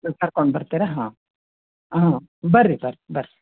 ಸುತ್ತಾಡ್ಕೊಂಡು ಬರ್ತೀರಾ ಹಾಂ ಹಾಂ ಬರ್ರಿ ಬರ್ರಿ ಬರ್ರಿ